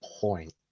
point